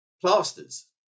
Plasters